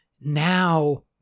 now